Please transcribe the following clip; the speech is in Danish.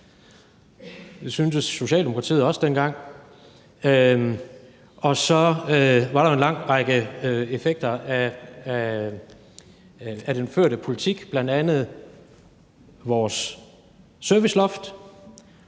Det syntes Socialdemokratiet også dengang. Og så var der jo en lang række effekter af den førte politik, bl.a. vores serviceloft